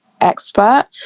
Expert